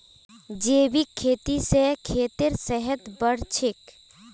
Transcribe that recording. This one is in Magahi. जैविक खेती स खेतेर सेहत बढ़छेक